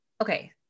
okay